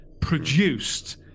produced